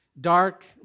dark